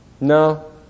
no